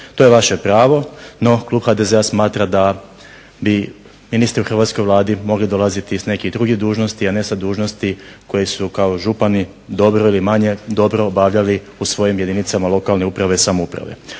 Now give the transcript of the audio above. To je vaše pravo, no klub HDZ-a smatra da bi ministri u hrvatskoj Vladi mogli dolaziti i s nekih drugih dužnosti, a ne sa dužnosti koje su kao župani dobro ili manje dobro obavljali u svojim jedinicama lokalne uprave ili samouprave.